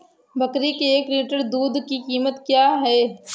बकरी के एक लीटर दूध की कीमत क्या है?